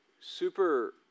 super